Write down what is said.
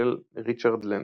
של ריצ'רד לנסקי.